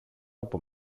από